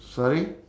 sorry